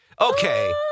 Okay